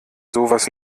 sowas